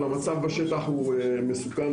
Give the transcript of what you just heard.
אבל המצב בשטח מסוכן,